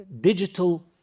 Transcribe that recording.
digital